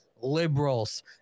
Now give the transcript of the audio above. Liberals